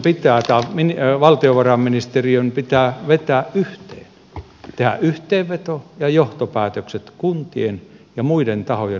sitten kun katsotaan että valtiovarainministeriön pitää vetää yhteen tehdä yhteenveto ja johtopäätökset kuntien ja muiden tahojen lausunnoista missäs silloin ollaan